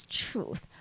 truth